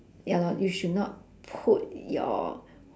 ya lor you should not put your